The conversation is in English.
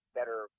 better